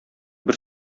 бер